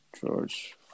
George